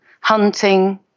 hunting